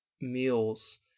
meals